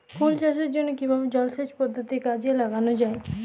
ফুল চাষের জন্য কিভাবে জলাসেচ পদ্ধতি কাজে লাগানো যাই?